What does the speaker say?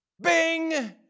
Bing